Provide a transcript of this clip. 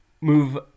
move